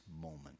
moment